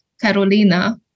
Carolina